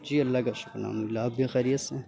جی اللہ کا شکر الحمد للہ آپ بھی خیریت سے ہیں